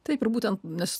taip ir būtent nes